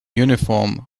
uniform